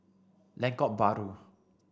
Lengkok Bahru